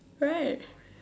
right